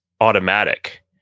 automatic